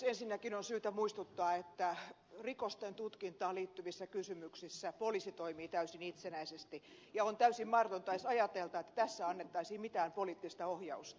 ensinnäkin on syytä muistuttaa että rikosten tutkintaan liittyvissä kysymyksissä poliisi toimii täysin itsenäisesti ja on täysin mahdotonta edes ajatella että tässä annettaisiin mitään poliittista ohjausta